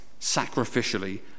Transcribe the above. Sacrificially